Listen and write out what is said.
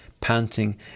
panting